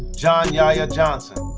john yahya johnson,